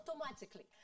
automatically